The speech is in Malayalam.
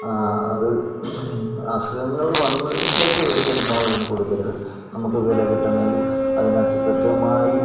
അത് അസുഖങ്ങൾ വന്നതിന് ശേഷം ഒരിക്കലും നമ്മളതിനെ കൊടുക്കരുത് നമുക്ക് വില കിട്ടണേലും അതിനെ കൃത്യമായി